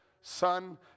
Son